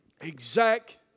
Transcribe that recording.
exact